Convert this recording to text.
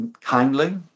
kindly